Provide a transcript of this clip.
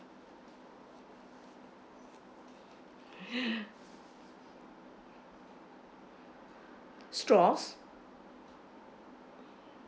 straws